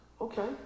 Okay